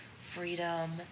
freedom